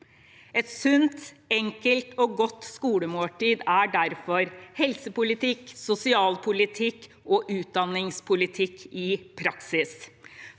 Et sunt, enkelt og godt skolemåltid er derfor helsepolitikk, sosialpolitikk og utdanningspolitikk i praksis.